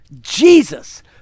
Jesus